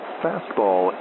fastball